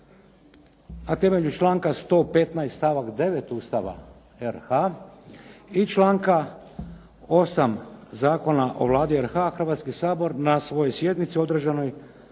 "Na temelju članka 115. stavak 9. Ustava RH i članka 8. Zakona o Vladi RH, Hrvatski sabor na svojoj sjednici održanoj